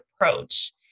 approach